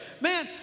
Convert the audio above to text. Man